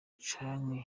canke